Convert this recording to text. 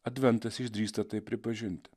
adventas išdrįsta tai pripažinti